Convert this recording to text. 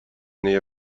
nähe